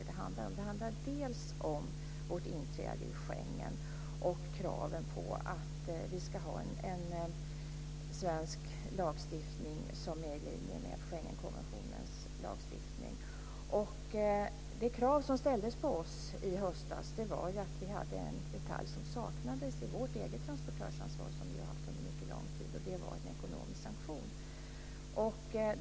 Det handlar bl.a. om vårt inträde i Schengen och kraven på att vi ska ha en svensk lagstiftning som är i linje med Schengenkonventionen. Det krav som ställdes på oss i höstas var ju att det saknades en detalj i våra egna regler om transportörsansvar som vi har haft under lång tid, nämligen en ekonomisk sanktion.